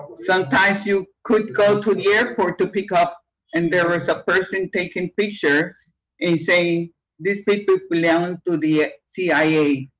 sometimes you could go to the airport to pick up and there was a person taking picture and saying this people belong and to the cia.